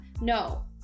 no